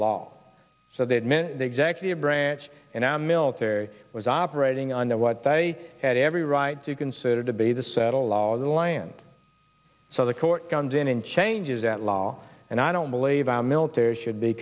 law so that meant the executive branch in our military was operating under what they had every right to consider to be the settled law of the land so the court guns in changes that law and i don't believe our military should be